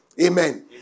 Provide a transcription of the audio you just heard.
Amen